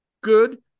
good